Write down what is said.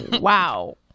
Wow